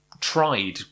tried